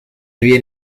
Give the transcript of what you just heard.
bien